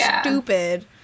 stupid